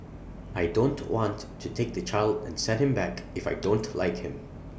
I don't want to take the child and send him back if I don't like him